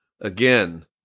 again